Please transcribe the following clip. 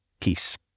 peace